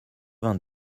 vingt